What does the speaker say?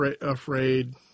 afraid